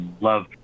love